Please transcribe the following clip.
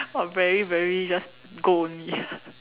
what very very just go only